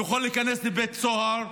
ויכול להיכנס לבית סוהר,